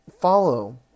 follow